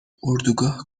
اردوگاه